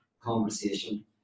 conversation